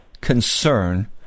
concern